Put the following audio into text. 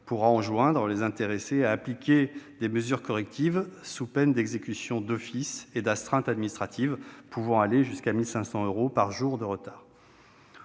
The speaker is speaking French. pourra enjoindre aux intéressés d'appliquer des mesures correctives sous peine d'exécution d'office et d'astreintes administratives pouvant aller jusqu'à 1 500 euros par jour de retard.